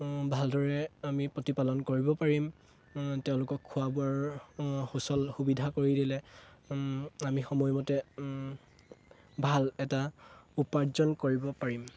ভালদৰে আমি প্ৰতিপালন কৰিব পাৰিম তেওঁলোকক খোৱা বোৱাৰ সুচল সুবিধা কৰি দিলে আমি সময়মতে ভাল এটা উপাৰ্জন কৰিব পাৰিম